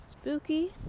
Spooky